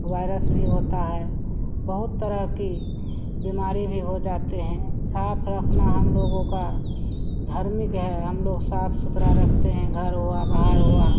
virus भी होता है बहुत तरह की बीमारी भी हो जाती है साफ़ रखना हमलोगों का धर्मिक है हमलोग साफ़ सुथरा रखते हैं घर हुआ बाहर हुआ